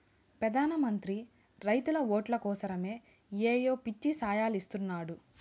పెదాన మంత్రి రైతుల ఓట్లు కోసరమ్ ఏయో పిచ్చి సాయలిస్తున్నాడు